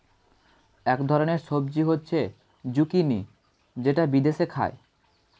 এক ধরনের সবজি হচ্ছে জুকিনি যেটা বিদেশে খায়